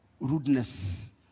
rudeness